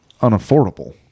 unaffordable